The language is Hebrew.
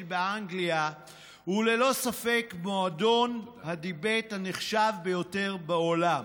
באנגליה הוא ללא ספק מועדון הדיבייט הנחשב ביותר בעולם.